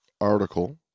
article